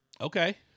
Okay